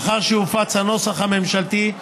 לאחר שיופץ הנוסח הממשלתי,